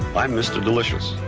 i'm mr. delicious,